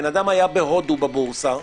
האדם היה בבורסה בהודו,